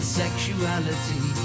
sexuality